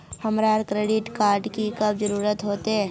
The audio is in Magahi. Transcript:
हमरा क्रेडिट कार्ड की कब जरूरत होते?